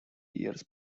years